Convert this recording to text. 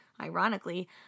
ironically